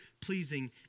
pleasing